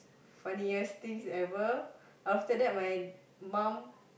funniest things ever after that my mum